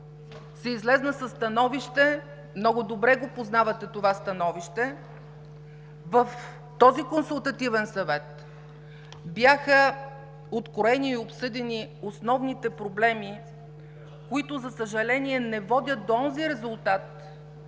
се излезе със становище – много добре познавате това становище. В този Консултативен съвет бяха откроени и обсъдени основните проблеми, които, за съжаление, не водят до онзи резултат,